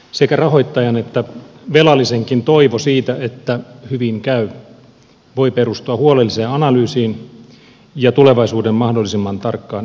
sekä rahoittajan että velallisenkin toivo siitä että hyvin käy voi perustua huolelliseen analyysiin ja tulevaisuuden mahdollisimman tarkkaan ennustamiseen